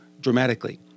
dramatically